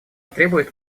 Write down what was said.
требует